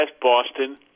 Boston